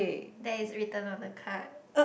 that is written on the card